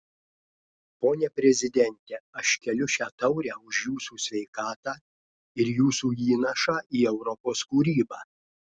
pone prezidente aš keliu šią taurę už jūsų sveikatą ir jūsų įnašą į europos kūrybą